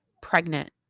pregnant